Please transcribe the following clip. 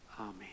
Amen